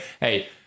hey